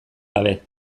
gabe